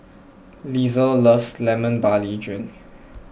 Lisle loves Lemon Barley Drink